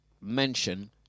mention